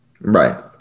Right